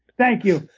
thank you.